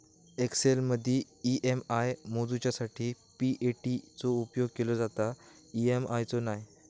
एक्सेलमदी ई.एम.आय मोजूच्यासाठी पी.ए.टी चो उपेग केलो जाता, ई.एम.आय चो नाय